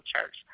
church